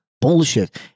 bullshit